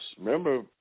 Remember